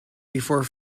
before